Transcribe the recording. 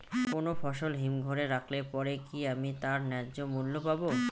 কোনো ফসল হিমঘর এ রাখলে পরে কি আমি তার ন্যায্য মূল্য পাব?